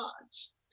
gods